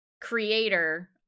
creator